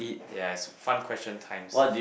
yea is fun question times